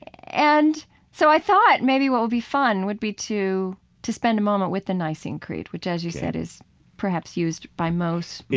and so i thought maybe what would be fun would be to to spend a moment with the nicene creed, which as you said is perhaps used by most, it